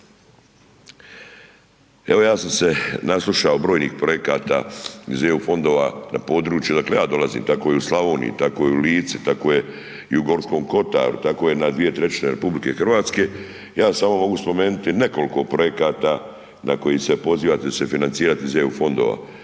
Evo, ja sam se naslušao brojnih projekata iz EU fondova na području odakle ja dolazim, tako je i u Slavoniji, tako je i u Lici, tako je i u Gorskom Kotaru, tako je na 2/3 RH, ja samo mogu spomenuti nekoliko projekata na koji se pozivate da će se financirati iz EU fondova.